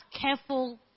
careful